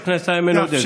חבר הכנסת איימן עודה,